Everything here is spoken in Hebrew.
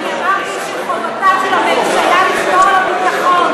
אני אמרתי שחובתה של הממשלה לשמור על הביטחון.